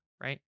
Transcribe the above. right